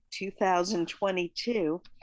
2022